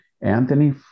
Anthony